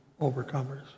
overcomers